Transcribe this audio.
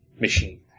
machine